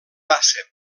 passa